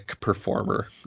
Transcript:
performer